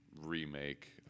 remake